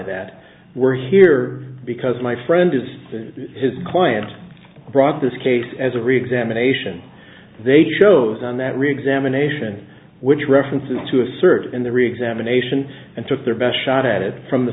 that we're here because my friend is his client brought this case as a reads am in a sion they chose on that reexamination which references to assert in the reexamination and took their best shot at it from the